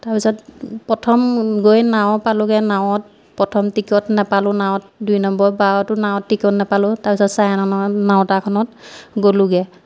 তাৰপিছত প্ৰথম গৈ নাও পালোঁগে নাৱত প্ৰথম টিকট নেপালোঁ নাৱত দুই নম্বৰ বাৰতো নাৱত টিকট নেপালোঁ তাৰপিছত চাৰে নটাৰখনত গ'লোঁগে